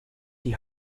die